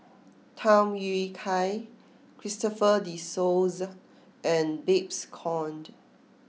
Tham Yui Kai Christopher De Souza and Babes Conde